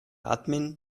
admin